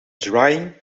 drying